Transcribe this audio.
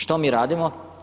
Što mi radimo?